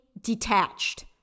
detached